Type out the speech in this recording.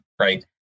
right